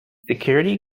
security